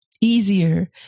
easier